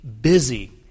busy